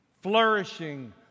flourishing